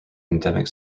endemic